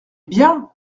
bien